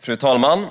Fru talman!